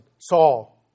Saul